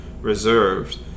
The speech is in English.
reserved